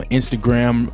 Instagram